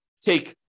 take